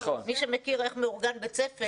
מי שמכיר איך מאורגן בית ספר,